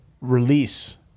release